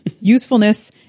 usefulness